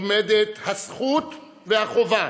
עומדות הזכות והחובה